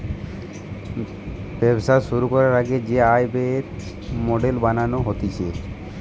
ব্যবসা শুরু করবার আগে যে আয় ব্যয়ের মডেল বানানো হতিছে